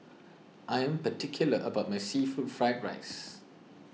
I am particular about my Seafood fFried Rice